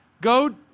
go